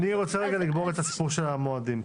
אני רוצה לגמור את הסיפור של המועדים.